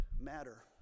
matter